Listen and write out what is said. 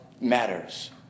matters